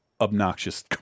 obnoxious